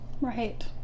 right